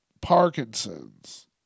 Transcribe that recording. Parkinson's